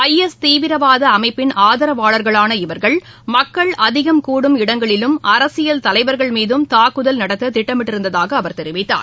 IS தீவிரவாத அமைப்பின் ஆதரவாளர்களான இவர்கள் மக்கள் அதிகம் கூடும் இடங்களிலும் அரசியல் தலைவர்கள் மீதும் தாக்குதல் நடத்த திட்டமிட்டிருந்ததாக அவர் தெரிவித்தார்